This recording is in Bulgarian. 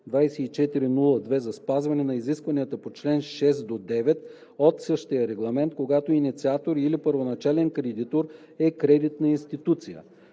2017/2402 за спазване на изискванията на чл. 6 – 9 от същия регламент, когато инициатор или първоначален кредитор е кредитна институция;